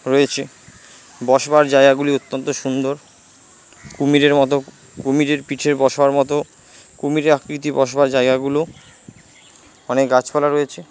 রয়েছে বসবার জায়গাগুলি অত্যন্ত সুন্দর কুমিরের মতো কুমিরের পিঠে বসবার মতো কুমিরের আকৃতি বসবার জায়গাগুলো অনেক গাছপালা রয়েছে